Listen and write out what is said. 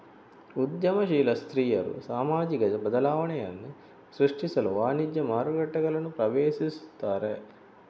ಉದ್ಯಮಶೀಲ ಸ್ತ್ರೀಯರು ಸಾಮಾಜಿಕ ಬದಲಾವಣೆಯನ್ನು ಸೃಷ್ಟಿಸಲು ವಾಣಿಜ್ಯ ಮಾರುಕಟ್ಟೆಗಳನ್ನು ಪ್ರವೇಶಿಸುತ್ತಾರೆ